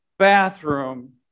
Bathroom